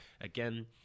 Again